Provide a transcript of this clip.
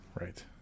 Right